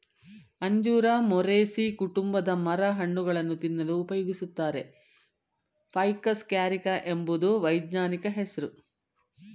ಅಂಜೂರ ಮೊರೇಸೀ ಕುಟುಂಬದ ಮರ ಹಣ್ಣುಗಳನ್ನು ತಿನ್ನಲು ಉಪಯೋಗಿಸುತ್ತಾರೆ ಫೈಕಸ್ ಕ್ಯಾರಿಕ ಎಂಬುದು ವೈಜ್ಞಾನಿಕ ಹೆಸ್ರು